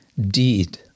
deed